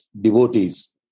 devotees